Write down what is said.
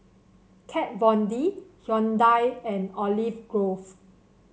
Kat Von D Hyundai and Olive Grove